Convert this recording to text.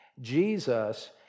Jesus